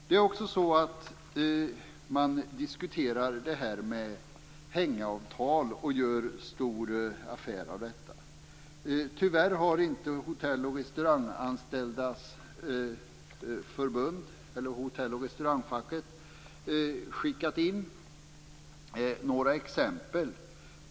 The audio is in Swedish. Det är också så att man diskuterar det här med hängavtal och gör stor affär av detta. Tyvärr har inte hotell och restaurangfacket skickat in några exempel.